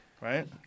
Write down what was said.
right